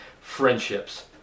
friendships